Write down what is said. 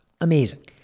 amazing